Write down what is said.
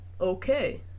okay